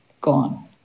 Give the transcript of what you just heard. gone